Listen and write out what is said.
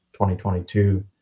2022